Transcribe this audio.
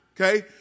okay